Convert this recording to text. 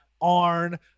Arn